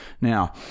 Now